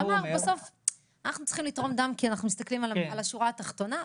ואמר שבסוף אנחנו צריכים לתרום דם כי אנחנו מסתכלים על השורה התחתונה,